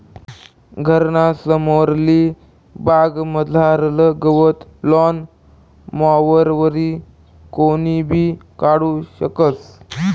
घरना समोरली बागमझारलं गवत लॉन मॉवरवरी कोणीबी काढू शकस